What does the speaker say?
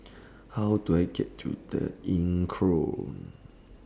How Do I get to The Inncrowd